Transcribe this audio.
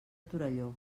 torelló